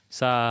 sa